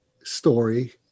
story